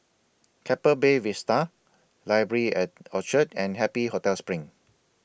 Keppel Bay Vista Library At Orchard and Happy Hotel SPRING